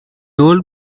old